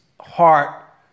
heart